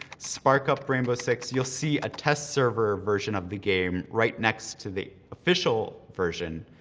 spark up rainbow six. you'll see a test server version of the game right next to the official version.